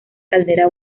caldera